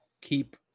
keep